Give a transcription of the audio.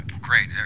great